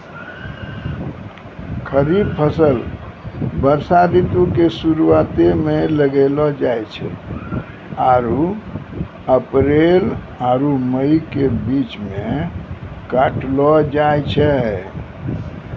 खरीफ फसल वर्षा ऋतु के शुरुआते मे लगैलो जाय छै आरु अप्रैल आरु मई के बीच मे काटलो जाय छै